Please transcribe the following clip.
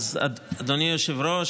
אדוני היושב-ראש,